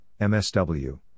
MSW